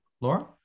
Laura